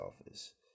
office